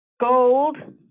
gold